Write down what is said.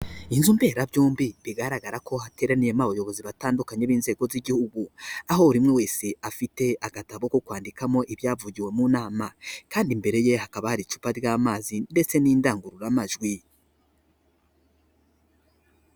Inzu mberabyombi bigaragara ko hateraniyemo abayobozi batandukanye b'inzego z'igihugu, aho buri umwe wese afite agatabo ko kwandikamo ibyavugiwe mu nama kandi imbere ye hakaba hari icupa ry'amazi ndetse n'indangururamajwi.